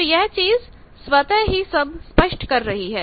तो यह चीज स्वतः ही सब स्पष्ट कर रही है